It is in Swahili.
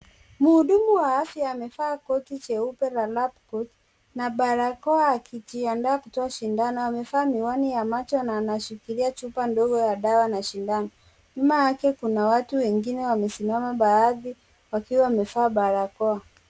Mhudumu wa afya amevaa koti jeupe la lab coat na barakoa akijiandaa kutoa shindano. Amevaa miwani na anashikilia chupa ndogo ya dawa na shindano. Nyuma yake kuna watu wengine wamesimama, baadhi wakiwa wamevaa barakoa.